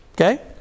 okay